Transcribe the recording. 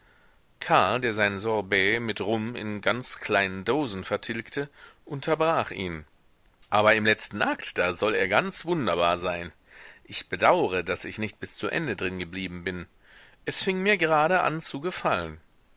karl der sein sorbett mit rum in ganz kleinen dosen vertilgte unterbrach ihn aber im letzten akt da soll er ganz wunderbar sein ich bedaure daß ich nicht bis zu ende drin geblieben bin es fing mir grade an zu gefallen